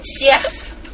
yes